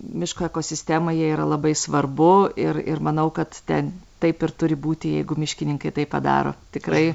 miško ekosistemoje yra labai svarbu ir ir manau kad ten taip ir turi būti jeigu miškininkai tai padaro tikrai